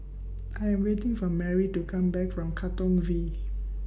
I Am waiting For Merry to Come Back from Katong V